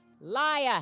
Liar